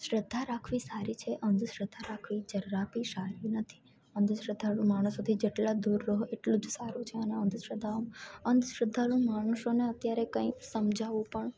શ્રદ્ધા રાખવી સારી છે અંધશ્રદ્ધા રાખવી જરા બી સારી નથી અંધશ્રદ્ધાળુ માણસોથી જેટલા દૂર રહો એટલું જ સારું છે અને અંધશ્રદ્ધાઓ અંધશ્રદ્ધા માણસોને અત્યારે કંઈ સમજાવું પણ